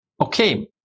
Okay